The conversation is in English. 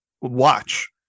watch